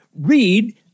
read